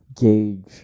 gauge